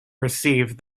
received